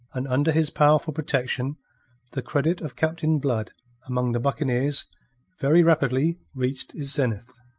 and under his powerful protection the credit of captain blood among the buccaneers very rapidly reached its zenith.